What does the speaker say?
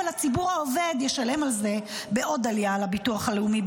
אבל הציבור העובד ישלם על זה בעוד עלייה בביטוח הלאומי,